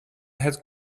het